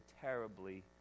terribly